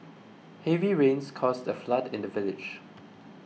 heavy rains caused a flood in the village